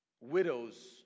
Widow's